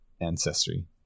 ancestry